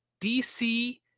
DC